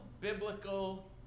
biblical